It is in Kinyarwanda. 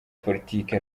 politiki